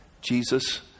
Jesus